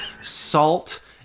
salt